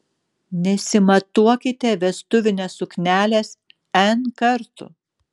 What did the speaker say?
nesimatuokite vestuvinės suknelės n kartų